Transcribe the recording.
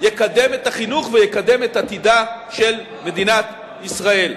יקדם את החינוך ויקדם את עתידה של מדינת ישראל.